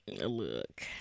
look